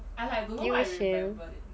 did you wish him